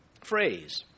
phrase